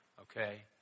okay